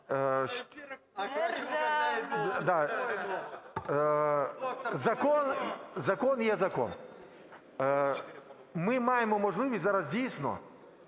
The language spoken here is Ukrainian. Закон є закон. Ми маємо можливість зараз дійсно